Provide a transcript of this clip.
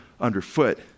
Underfoot